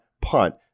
punt